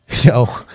yo